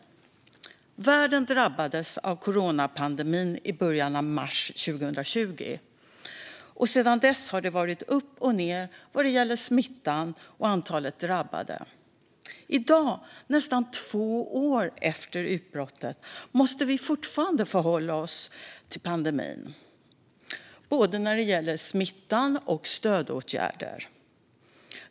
Världen drabbades av coronapandemin i början av mars 2020, och sedan dess har det varit upp och ned vad gäller smittan och antalet drabbade. I dag, nästan två år efter utbrottet, måste vi fortfarande förhålla oss till pandemin, både när det gäller smittan och stödåtgärder.